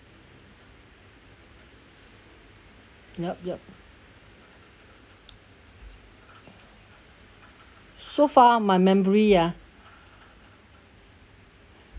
yup yup so far my memory ya